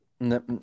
No